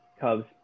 Cubs